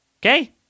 okay